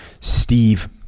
Steve